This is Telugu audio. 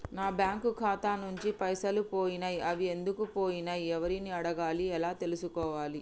నా బ్యాంకు ఖాతా నుంచి పైసలు పోయినయ్ అవి ఎందుకు పోయినయ్ ఎవరిని అడగాలి ఎలా తెలుసుకోవాలి?